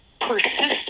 persistent